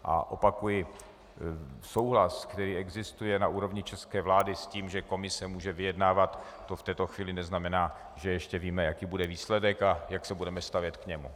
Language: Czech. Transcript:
A opakuji, souhlas, který existuje na úrovni české vlády s tím, že Komise může vyjednávat, to v této chvíli neznamená, že ještě víme, jaký bude výsledek a jak se budeme stavět k němu.